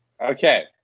Okay